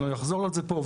אני לא אחזור על זה פה,